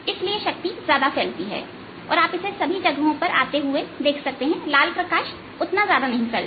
इसलिए शक्ति ज्यादा फैलती है और आप इसे सभी जगहों पर आते हुए देखते हैं लाल प्रकाश उतना ज्यादा नहीं फैलता